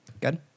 Good